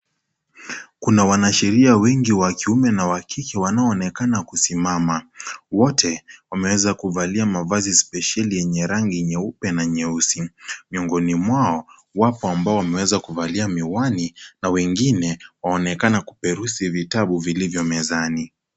Kuna wanasheria wengi wa kiume na kike wanaonekana kusimama, wote wameweza kuvalia mavazi spesheli yenye rangi nyeupe na nyeusi. Miongoni mwao wapo ambao wameweza kuvalia miwani na wengine waonekana kuperusi vitabu vilivyo mezani.